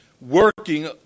working